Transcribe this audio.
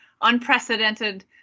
unprecedented